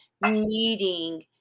meeting